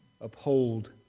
uphold